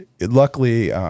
luckily